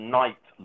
night